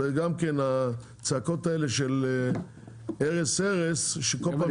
זה גם הצעקות האלה של הרס הרס שכל פעם